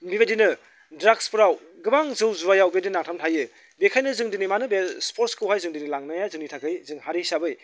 बेबायदिनो द्राक्सफ्राव गोबां जौ जुवायाव बेबायदिनो नांथाबनानै थायो बेखायनो जों दिनै मा होनो बे स्पर्टसखौहाय जों दिनै लांनाया जोंनि थाखाय जों हारि हिसाबै